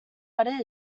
what